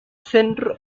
center